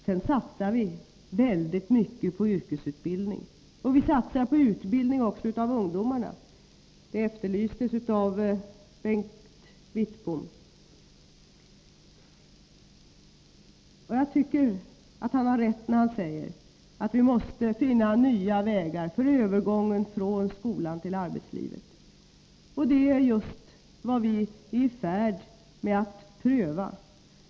Sedan satsar vi väldigt mycket på yrkesutbildning, och vi satsar också på utbildning av ungdomar — det efterlystes av Bengt Wittbom. Jag tycker att Bengt Wittbom har rätt när han säger att vi måste finna nya vägar för övergången från skola till arbetsliv. Och det är just vad vi är i färd med att göra.